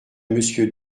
monsieur